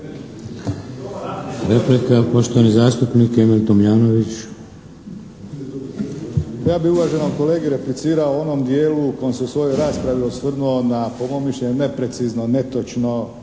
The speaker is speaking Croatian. Replika, poštovani zastupnik Emil Tomljanović. **Tomljanović, Emil (HDZ)** Ja bi uvaženom kolegi replicirao u onom dijelu u kojem se u svojoj raspravi osvrnuo na, po mom mišljenju, neprecizno, netočno